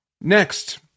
Next